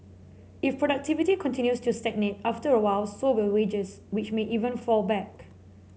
if productivity continues to stagnate after a while so will wages which may even fall back